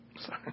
Sorry